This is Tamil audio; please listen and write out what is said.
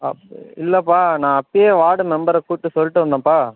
அப் இல்லைப்பா நான் அப்போயே வார்டு மெம்பரை கூப்பிட்டு சொல்லிட்டு வந்தேன்ப்பா